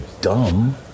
dumb